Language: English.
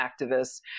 activists